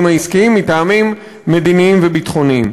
העסקיים מטעמים מדיניים וביטחוניים.